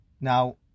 Now